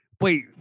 Wait